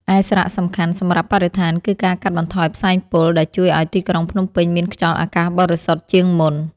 ឯសារៈសំខាន់សម្រាប់បរិស្ថាន គឺការកាត់បន្ថយផ្សែងពុល ដែលជួយឱ្យទីក្រុងភ្នំពេញមានខ្យល់អាកាសបរិសុទ្ធជាងមុន។